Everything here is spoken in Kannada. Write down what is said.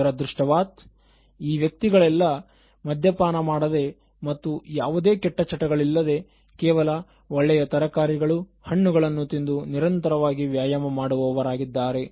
ದುರದೃಷ್ಟವಶಾತ್ ಈ ವ್ಯಕ್ತಿಗಳೆಲ್ಲ ಮಧ್ಯಪಾನ ಮಾಡದೇ ಮತ್ತು ಯಾವುದೇ ಕೆಟ್ಟ ಚಟಗಳಿಲ್ಲದೇ ಕೇವಲ ಒಳ್ಳೆಯ ತರಕಾರಿಗಳು ಹಣ್ಣುಗಳನ್ನು ತಿಂದು ನಿರಂತರವಾಗಿ ವ್ಯಾಯಾಮ ಮಾಡುವವರಾಗಿದ್ದಾರೆ